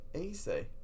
Easy